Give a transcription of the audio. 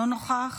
אינו נוכח.